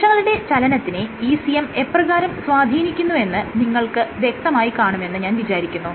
കോശങ്ങളുടെ സ്ഥാനചലനത്തിനെ ECM എപ്രകാരം സ്വാധീനിക്കുന്നു എന്ന് നിങ്ങൾക്ക് വ്യക്തമായി കാണുമെന്ന് ഞാൻ വിചാരിക്കുന്നു